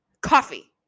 coffee